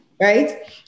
right